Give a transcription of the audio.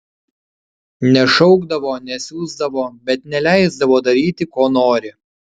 nešaukdavo nesiusdavo bet neleisdavo daryti ko nori